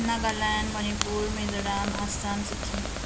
Nagaland Manipur Mizoram Assam Sikkim